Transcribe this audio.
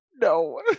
no